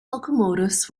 locomotives